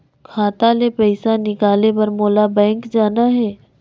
खाता ले पइसा निकाले बर मोला बैंक जाना हे?